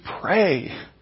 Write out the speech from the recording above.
pray